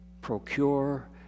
Procure